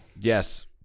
Yes